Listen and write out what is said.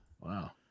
wow